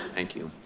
thank you.